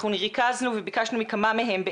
אנחנו ריכזנו וביקשנו מכמה מהם,